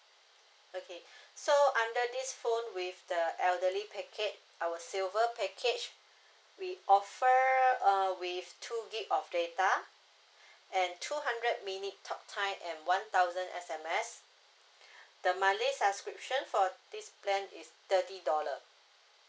okay so under this phone with the elderly package our silver package we offer uh with two gb of data and two hundred minutes talk time and one thousand S_M_S the monthly subscription for this plan is thirty dollar